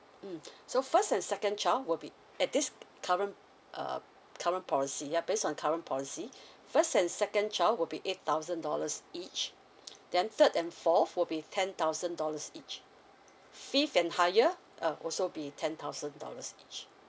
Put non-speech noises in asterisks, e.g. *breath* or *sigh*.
mm so first and second child would be at this current uh current policy yeah based on current policy *breath* first and second child would be eight thousand dollars each then third and fourth would be ten thousand dollars each fifth and higher uh also be ten thousand dollars each